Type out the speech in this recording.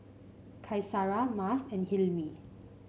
Qaisara Mas and Hilmi